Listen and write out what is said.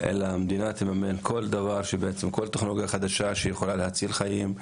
אלא המדינה תממן כל טכנולוגיה חדשה שיכולה להציל חיים,